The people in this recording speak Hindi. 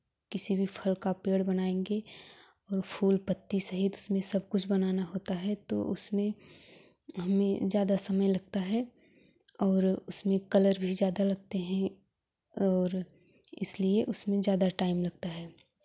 किसी भी फल का पेड़ बनाएँगे और फूल पत्ती सहित उसमें सब कुछ बनाना होता है तो उसमें हमें ज़्यादा समय लगता है और उसमें कलर भी ज़्यादा लगते हैं और इसलिए उसमें ज़्यादा टाइम लगता है